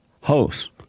host